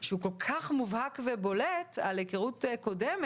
שהוא כל כך מובהק ובולט על היכרות קודמת,